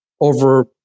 over